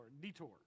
detour